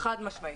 חד משמעית.